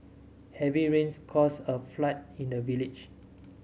heavy rains caused a flood in the village